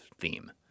theme